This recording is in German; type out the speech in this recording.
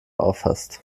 auffasst